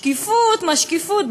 שקיפות מה-שקיפות,